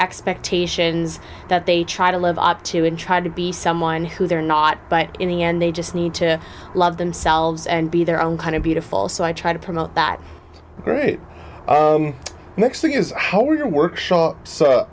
expectations that they try to live up to and try to be someone who they are not but in the end they just need to love themselves and be their own kind of beautiful so i try to promote that mexicans are holding workshop